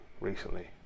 recently